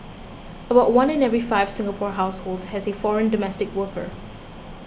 about one in every five Singapore households has a foreign domestic worker